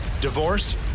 Divorce